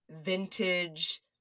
vintage